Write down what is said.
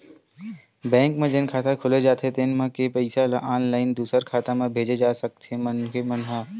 bank म जेन खाता खोले जाथे तेन म के पइसा ल ऑनलाईन दूसर खाता म भेजे जा सकथे मनखे ह